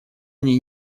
они